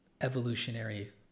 evolutionary